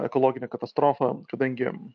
ekologinė katastrofa kadangi